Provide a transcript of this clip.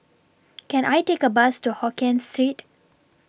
Can I Take A Bus to Hokien Street